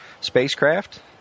spacecraft